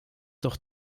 doch